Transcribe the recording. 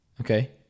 Okay